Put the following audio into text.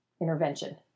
intervention